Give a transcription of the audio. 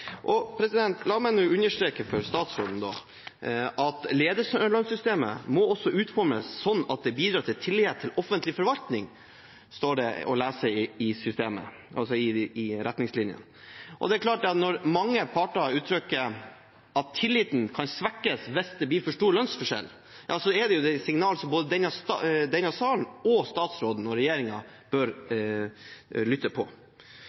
La meg nå understreke for statsråden at lederlønnssystemet «må også utformes slik at det bidrar til tillit til offentlig forvaltning». Det står å lese i retningslinjene. Når mange parter uttrykker at tilliten kan svekkes hvis det blir for stor lønnsforskjell, er det et signal som både denne salen og statsråden – regjeringen – bør lytte